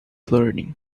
learning